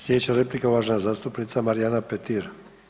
Sljedeća replika uvažena zastupnica Marijana Petir.